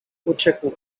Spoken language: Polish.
uciekł